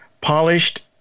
polished